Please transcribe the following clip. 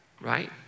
right